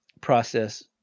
process